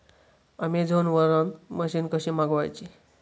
Amazon वरन machine कशी मागवची?